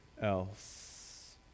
else